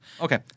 Okay